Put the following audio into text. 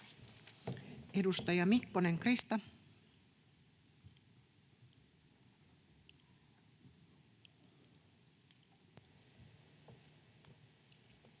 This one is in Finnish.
Edustaja Mikkonen, Krista.